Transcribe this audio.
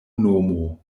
nomo